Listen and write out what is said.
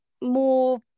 more